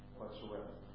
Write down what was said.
whatsoever